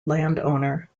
landowner